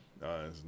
No